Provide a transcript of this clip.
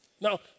Now